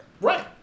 Right